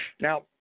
Now